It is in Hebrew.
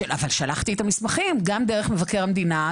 'אבל שלחתי את המסמכים גם דרך מבקר המדינה,